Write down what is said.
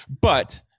But-